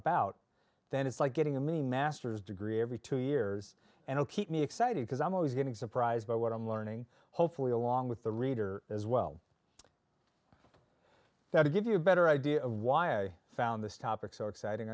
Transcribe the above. about then it's like getting a mini masters degree every two years and all keep me excited because i'm always getting surprised but what i'm learning hopefully along with the reader as well that give you a better idea of why i found this topic so exciting